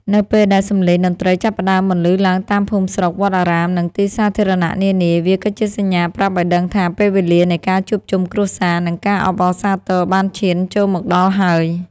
នៅពេលដែលសម្លេងតន្ត្រីចាប់ផ្តើមបន្លឺឡើងតាមភូមិស្រុក វត្តអារាម និងទីសាធារណៈនានា វាក៏ជាសញ្ញាប្រាប់ឱ្យដឹងថា ពេលវេលានៃការជួបជុំគ្រួសារ និងការអបអរសាទរបានឈានចូលមកដល់ហើយ។